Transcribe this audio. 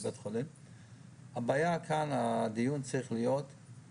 הרפואיים המיוחדים אנחנו לוקחים בחשבון המון שיקולים